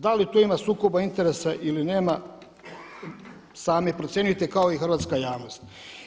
Da li tu ima sukoba interesa ili nema, sami procijenite kao i hrvatska javnost.